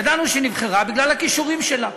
ידענו שהיא נבחרה בגלל הכישורים שלה,